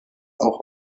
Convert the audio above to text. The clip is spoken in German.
auch